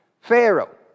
Pharaoh